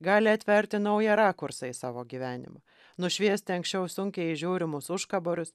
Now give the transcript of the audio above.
gali atverti naują rakursą į savo gyvenimu nušviesti anksčiau sunkiai įžiūrimus užkaborius